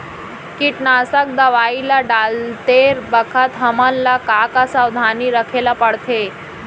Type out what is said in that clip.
कीटनाशक दवई ल डालते बखत हमन ल का का सावधानी रखें ल पड़थे?